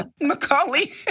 Macaulay